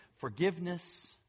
forgiveness